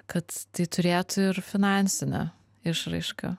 kad tai turėtų ir finansinę išraišką